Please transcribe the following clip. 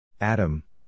Adam